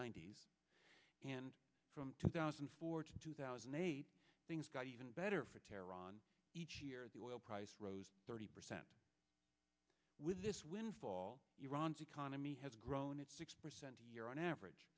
ninety s and from two thousand and four to two thousand and eight things got even better for terror on each year the oil price rose thirty percent with this windfall iran's economy has grown at six percent a year on average